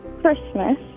Christmas